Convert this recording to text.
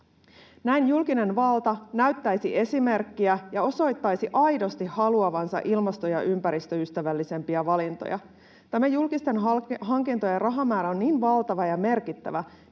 Näin julkinen valta näyttäisi esimerkkiä ja osoittaisi aidosti haluavansa ilmasto- ja ympäristöystävällisempiä valintoja. Tämä julkisten hankintojen rahamäärä on niin valtava ja merkittävä,